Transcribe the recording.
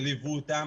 שליוו אותם.